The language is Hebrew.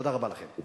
תודה רבה לכם.